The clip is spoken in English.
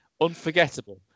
unforgettable